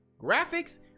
Graphics